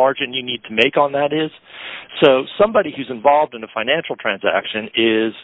margin you need to make on that is so somebody who's involved in a financial transaction is